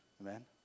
Amen